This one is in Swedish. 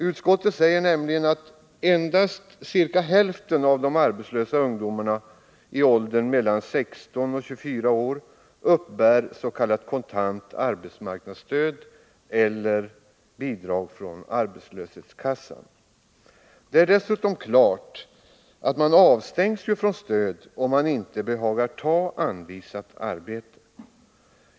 Utskottet säger nämligen att endast ca hälften av de arbetslösa ungdomarna i åldrarna 16-24 år uppbär kontant arbetsmarknadsstöd eller bidrag från arbetslöshetskassan. Nu förhåller det sig ju också så att man avstängs från stöd om man inte behagar ta anvisat arbete.